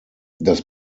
das